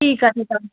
ठीकु आहे ठीकु आहे